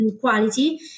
quality